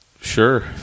Sure